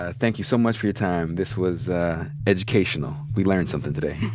ah thank you so much for your time. this was educational. we learned somethin' today.